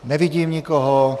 Nevidím nikoho.